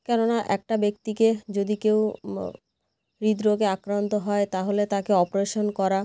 কেননা একটা ব্যক্তিকে যদি কেউ হৃদ রোগে আক্রান্ত হয় তাহলে তাকে অপারেশন করা